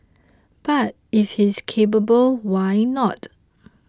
but if he is capable why not